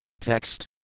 Text